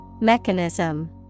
Mechanism